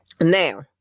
Now